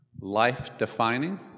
life-defining